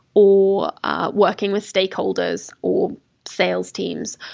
or working with stakeholders, or sales teams.